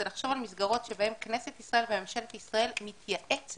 זה לחשוב על מסגרות שבהן כנסת ישראל וממשלת ישראל מתייעצת